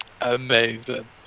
Amazing